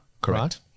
correct